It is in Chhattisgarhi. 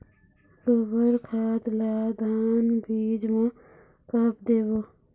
गोबर खाद ला धान बीज म कब देबो?